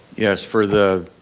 yes, for the